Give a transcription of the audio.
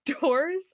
doors